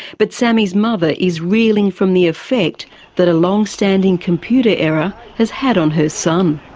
but sammy's mother is reeling from the effect that a long-standing computer error has had on her son.